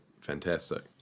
fantastic